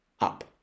up